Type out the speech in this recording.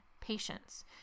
patients